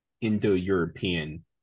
indo-european